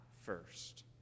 first